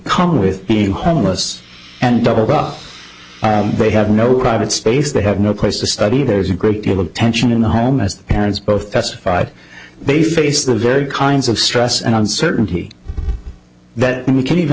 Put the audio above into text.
come with being homeless and doubled up a have no private space they have no place to study there's a great deal of tension in the home as the parents both testified they face the very kinds of stress and uncertainty that we can even